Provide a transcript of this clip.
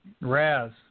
Raz